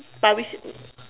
but we